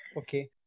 Okay